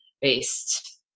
based